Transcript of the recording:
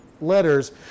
letters